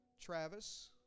Travis